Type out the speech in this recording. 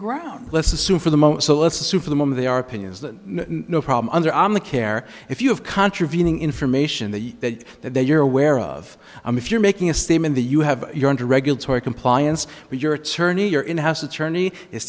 ground let's assume for the moment so let's assume for the moment they are opinions that no problem under on the care if you have contravening information the that that that you're aware of i'm if you're making a statement the you have you're under regulatory compliance with your attorney your in house attorney is